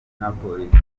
n’abapolisi